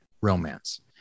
romance